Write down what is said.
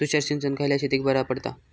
तुषार सिंचन खयल्या शेतीक बरा पडता?